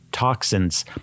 Toxins